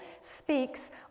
speaks